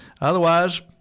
Otherwise